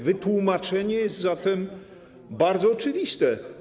Wytłumaczenie jest zatem bardzo oczywiste: